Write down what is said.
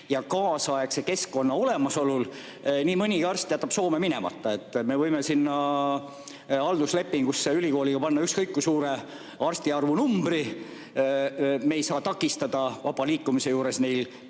Kaasaegse keskkonna olemasolu korral nii mõnigi arst jätab Soome minemata. Me võime sinna halduslepingusse ülikooliga panna ükskõik kui suure arstide arvu. Me ei saa takistada vaba liikumise tõttu neil